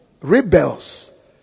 rebels